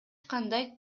кандай